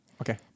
Okay